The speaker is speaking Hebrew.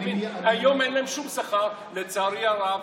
תבין, היום אין להם שום שכר, לצערי הרב.